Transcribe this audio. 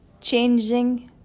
changing